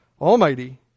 almighty